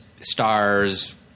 stars